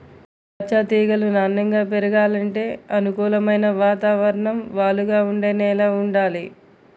దాచ్చా తీగలు నాన్నెంగా పెరగాలంటే అనుకూలమైన వాతావరణం, వాలుగా ఉండే నేల వుండాలి